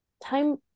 time